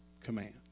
command